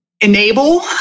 enable